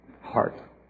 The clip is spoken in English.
heart